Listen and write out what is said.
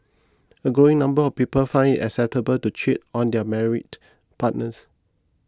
a growing number of people find it acceptable to cheat on their married partners